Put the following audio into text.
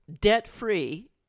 debt-free